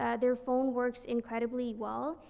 ah their phone works incredibly well.